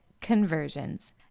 conversions